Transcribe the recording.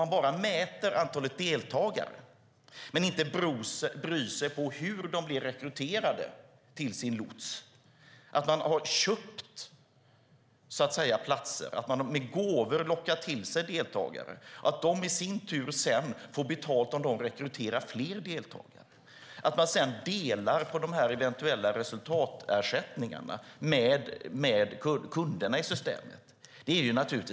Att bara mäta antalet deltagare men inte bry sig om hur de blev rekryterade till sin lots är ett märkligt sätt att använda skattepengar när lotsarna har köpt platser och lockat till sig deltagare med gåvor, när deltagarna i sin tur har fått betalt om de rekryterar fler deltagare och när lotsarna sedan delat på de eventuella resultatersättningarna med kunderna i systemet.